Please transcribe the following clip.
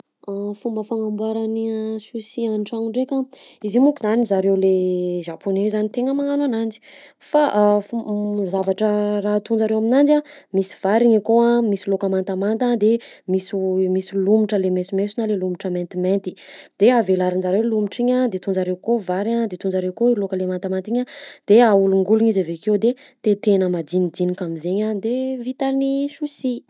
Fomba fagnamboaragna sushi an-tragno ndraika: izy io monko zany zareo le japoney io zany tegna magnano ananjy, fa fo- zavatra raha ataon'jareo aminanjy a: misy vary igny akao a, misy laoka mantamanta, de misy o- misy lomotra le maisomaiso na le lomotra maintimainty; de avelarin'jareo lomotra igny de ataon'jareo akao vary a de ataon'jareo akao i laoka le mantamanta igny a de aholongolona izy avy akeo de tetehana madinidinika am'zaigny a, de vita ny sushi.